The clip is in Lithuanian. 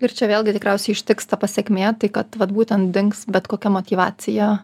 ir čia vėlgi tikriausiai ištiks ta pasekmė tai kad vat būtent dings bet kokia motyvacija